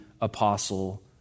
apostle